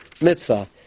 mitzvah